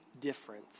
difference